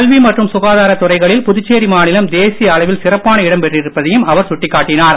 கல்வி மற்றும் சுகாதார துறைகளில் புதுச்சேரி மாநிலம் தேசிய அளவில் சிறப்பான இடம் பெற்றிருப்பதையும் அவர் சுட்டிக் காட்டினார்